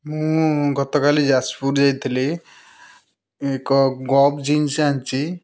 ମୁଁ ଗତକାଲି ଯାଜପୁର ଯାଇଥିଲି ଏକ ଗବ୍ ଜିନ୍ସ ଆଣିଛି